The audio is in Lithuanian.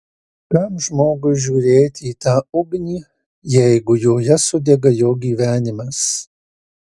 kam žmogui žiūrėti į tą ugnį jeigu joje sudega jo gyvenimas